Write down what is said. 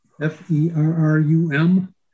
F-E-R-R-U-M